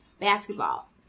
basketball